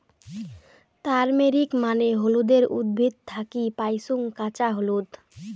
turmeric মানে হলুদের উদ্ভিদ থাকি পাইচুঙ কাঁচা হলুদ